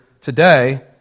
today